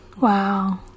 Wow